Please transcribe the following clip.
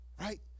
Right